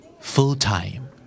Full-time